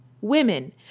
Women